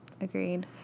Agreed